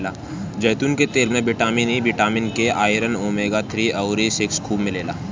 जैतून के तेल में vitamin E, vitamin K, iron, omega three अउरी सिक्स खूब मिलेला